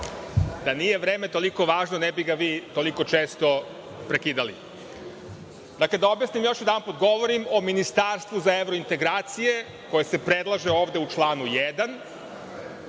nije vreme toliko važno, ne bi ga vi toliko često prekidali. Dakle, da objasnim još jedanput, govorim o ministarstvu za evrointegracije koje se predlaže ovde u članu 1.